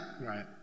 Right